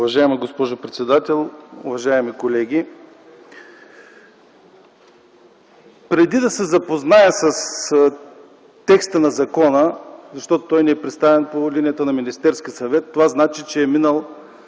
Уважаема госпожо председател, уважаеми колеги! Преди да се запозная с текста на закона, защото той ни е представен по линията на Министерския съвет, това означава, че е минал